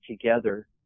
together